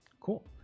Cool